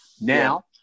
Now